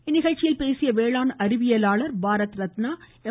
இந்நிகழ்ச்சியில் பேசிய வேளாண் அறிவியலாளர் பாரத ரத்னா எம்